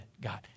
God